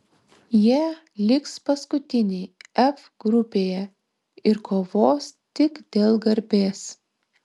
jie liks paskutiniai f grupėje ir kovos tik dėl garbės